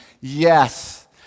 Yes